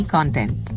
Content